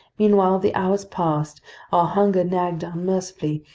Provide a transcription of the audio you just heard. meanwhile the hours passed, our hunger nagged unmercifully,